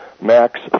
Max